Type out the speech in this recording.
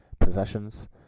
possessions